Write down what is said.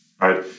right